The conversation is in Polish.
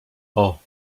ooo